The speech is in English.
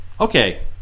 Okay